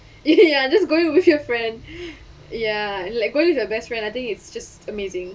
ya just going with your friend ya like go with your best friend I think it's just amazing